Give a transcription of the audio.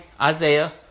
Isaiah